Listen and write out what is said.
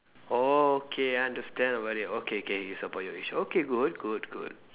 oh okay I understand already okay okay it's about your age okay good good good